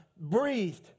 breathed